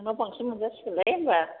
नोंनाव बांसिन मोनजासिगोनलै होनबा